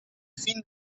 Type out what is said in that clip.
fin